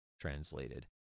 translated